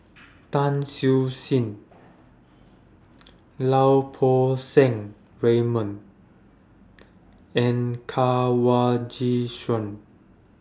Tan Siew Sin Lau Poo Seng Raymond and Kanwaljit Soin